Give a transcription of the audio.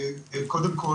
קודם כל,